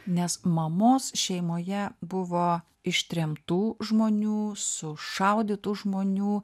nes mamos šeimoje buvo ištremtų žmonių sušaudytų žmonių